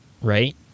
Right